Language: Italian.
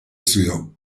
zio